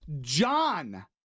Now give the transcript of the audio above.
John